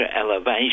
elevation